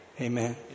Amen